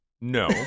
no